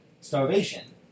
starvation